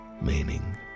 meaning